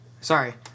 sorry